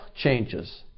changes